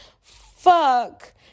fuck